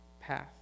path